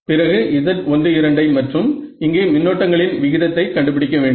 பிறகு Z12 ஐ மற்றும் இங்கே மின்னோட்டங்களின் விகிதத்தை கண்டுபிடிக்க வேண்டும்